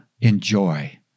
enjoy